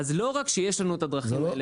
אז לא רק שיש לנו את הדרכים האלה.